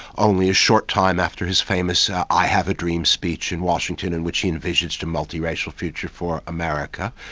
only a short time after his famous i have a dream speech in washington in which he envisaged a multiracial future for america.